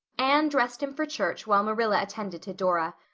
anne dressed him for church while marilla attended to dora.